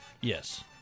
Yes